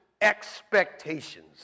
expectations